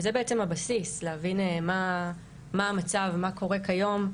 וזה בעצם הבסיס להבין מה המצב, מה קורה כיום.